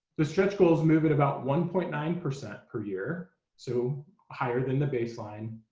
the stretch goals move at about one point nine percent per year. so higher than the baseline.